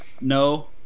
No